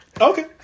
Okay